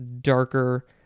darker